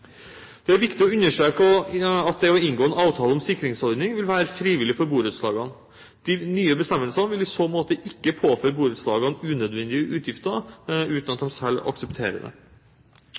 Det er viktig å understreke at det å inngå en avtale om sikringsordning vil være frivillig for borettslagene. De nye bestemmelsene vil i så måte ikke påføre borettslagene unødvendige utgifter uten at de selv aksepterer det.